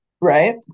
Right